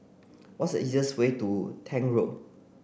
what's the easiest way to Tank Road